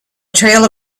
trail